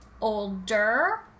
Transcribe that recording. older